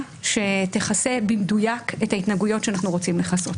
שתכסה במדויק את ההתנהגויות שאנחנו רוצים לכסות.